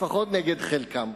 לפחות נגד חלקם.